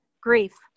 grief